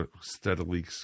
steadily